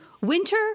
Winter